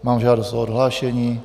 Mám žádost o odhlášení.